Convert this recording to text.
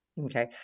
Okay